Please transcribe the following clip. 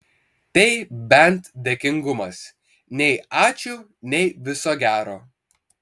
tai bent dėkingumas nei ačiū nei viso gero